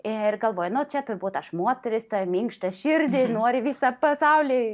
ir galvoju na čia turbūt aš moteris ta minkšta širdį ir nori visą pasaulį